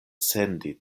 sendi